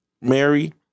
Mary